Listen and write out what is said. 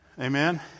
Amen